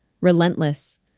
Relentless